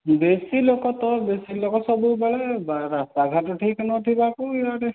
ବେଶୀ ଲୋକ ତ ବେଶୀ ଲୋକ ସବୁବେଳେ ବା ରାସ୍ତାଘାଟ ତ ଠିକ ନଥିବାକୁ ଇଆଡ଼େ